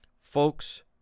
folks